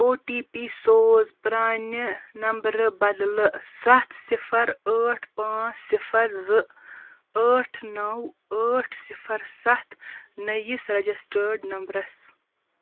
او T P سوز پرٛانہِ نمبرٕ بدلہٕ سَتھ صِفَر ٲٹھ پانٛژھ صِفَر زٕ ٲٹھ نَو ٲٹھ صِفَر سَتھ نٔیِس رَجَسٹٲرڈ نمبرَس